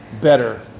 better